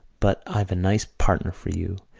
but i've a nice partner for you,